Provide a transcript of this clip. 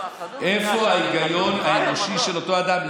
איפה ההיגיון האנושי של אותו אדם?